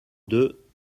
deux